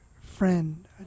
friend